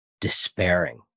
despairing